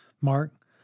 Mark